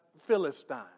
Philistine